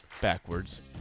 backwards